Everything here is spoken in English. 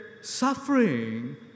suffering